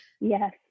Yes